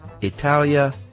Italia